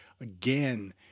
Again